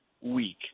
week